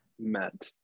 met